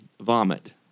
vomit